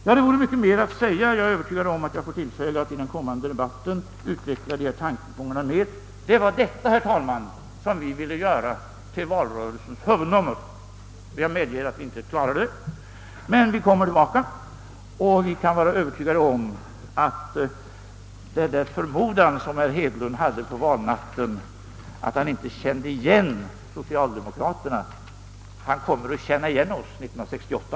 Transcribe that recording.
Mycket mer vore att säga, och jag är övertygad om att jag under den kommande debatten får tillfälle att närmare utveckla mina tankegångar. — Det var dessa ting, herr talman, som vi ville göra till valrörelsens huvudnummer. Jag medger att vi inte klarade det. Men vi kommer tillbaka. Herr Hedlund sade på valnatten att han inte kände igen socialdemokratien. Herr Hedlund kan vara övertygad om att han kommer att känna igen oss 1968!